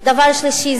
דבר שלישי,